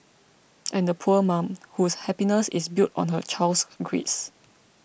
and the poor mum whose happiness is built on her child's grades